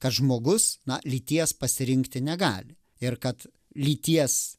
kad žmogus na lyties pasirinkti negali ir kad lyties